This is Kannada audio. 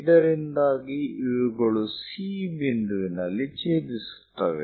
ಇದರಿಂದಾಗಿ ಇವುಗಳು C ಬಿಂದುವಿನಲ್ಲಿ ಛೇದಿಸುತ್ತವೆ